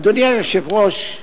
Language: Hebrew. אדוני היושב-ראש,